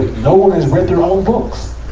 no one has read their own books.